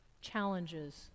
challenges